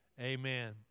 Amen